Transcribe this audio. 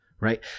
right